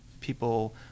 People